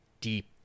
deep